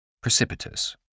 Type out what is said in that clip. Precipitous